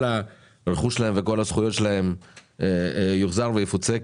הרכוש שלהם וכל הזכויות שלהם יוחזר ויפוצה,